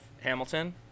Hamilton